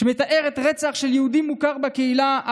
שמתארת רצח של יהודי מוכר בקהילה,